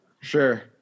Sure